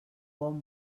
bon